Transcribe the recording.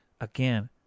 Again